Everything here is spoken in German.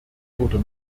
oder